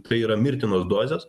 tai yra mirtinos dozės